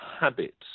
habits